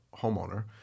homeowner